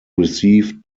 received